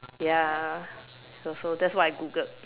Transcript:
ya so so that's why I Googled